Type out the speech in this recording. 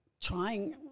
trying